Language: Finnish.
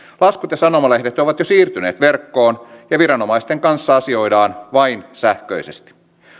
laskut ja sanomalehdet ovat jo siirtyneet verkkoon ja viranomaisten kanssa asioidaan vain sähköisesti